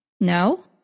No